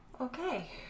Okay